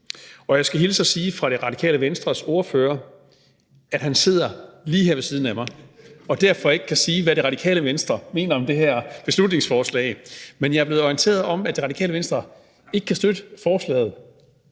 Og jeg skal hilse fra Radikale Venstres ordfører og sige, at han sidder lige ved siden af mig og derfor ikke kan sige, hvad Det Radikale Venstre mener om det her beslutningsforslag, men jeg er blevet orienteret om, at Det Radikale Venstre ikke kan støtte forslaget,